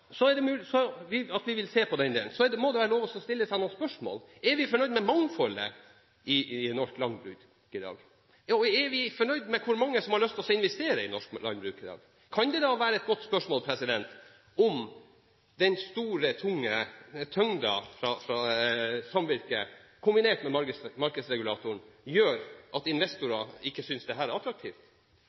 vi vil se på det, og da må det være lov å stille noen spørsmål: Er vi fornøyd med mangfoldet i norsk landbruk i dag? Er vi fornøyd med antallet som har lyst til å investere i norsk landbruk i dag? Kan tyngden fra samvirket kombinert med markedsregulatoren gjøre at investorer ikke synes dette er attraktivt? Det er i alle fall spørsmål det må være lov å stille, og det er spørsmål man kunne ha utredet. Så til slutt: Jeg tror at